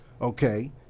Okay